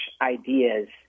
ideas